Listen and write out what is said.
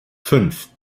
fünf